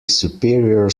superior